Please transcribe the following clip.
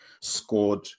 scored